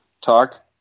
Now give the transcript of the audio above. talk